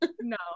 no